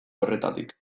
horretatik